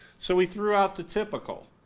so we threw out the typical.